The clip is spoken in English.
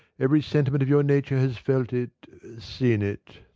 every sentiment of your nature has felt it seen it.